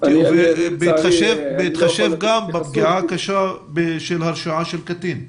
בהתחשב בפגיעה הקשה שכרוכה בהרשעת קטין.